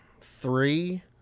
three